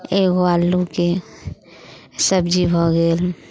एगो आलूके सब्जी भऽ गेल